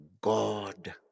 God